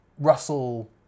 Russell